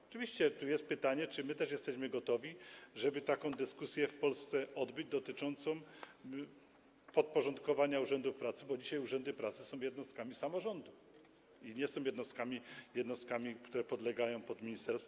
Oczywiście tu jest pytanie, czy my też jesteśmy gotowi, żeby taką dyskusję w Polsce odbyć, dotyczącą podporządkowania urzędów pracy, bo dzisiaj urzędy pracy są jednostkami samorządów, a nie są jednostkami, które podlegają pod ministerstwo.